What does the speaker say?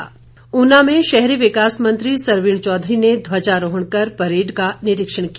ऊना समारोह ऊना में शहरी विकास मंत्री सरवीण चौधरी ने ध्वजारोहण कर परेड का निरीक्षण किया